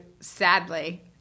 sadly